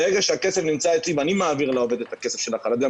ברגע שהכסף נמצא אצלי ואני מעביר לעובד את הכסף של החל"ת גם